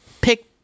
pick